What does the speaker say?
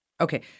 Okay